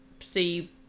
see